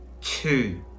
two